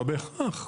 לא בהכרח.